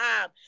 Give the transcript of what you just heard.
time